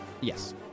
Yes